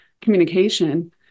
communication